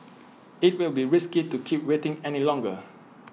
IT will be risky to keep waiting any longer